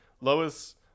lois